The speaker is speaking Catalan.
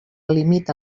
limita